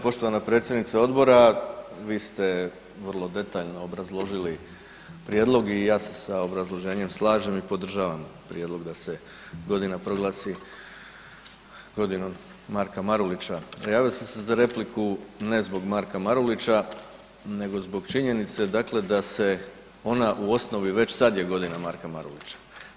Poštovana predsjednice odbora, vi ste vrlo detaljno obrazložili prijedlog i ja se sa obrazloženjem slažem i podržavam prijedlog da se godina proglasi „Godinom Marka Marulića“ a javio sam se za repliku ne zbog Marka Marulića nego zbog činjenice dakle da se ona u osnovi, već sad je „Godina Marka Marulića“